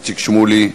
איציק שמולי,